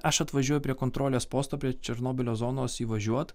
aš atvažiuoju prie kontrolės posto prie černobylio zonos įvažiuot